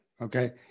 Okay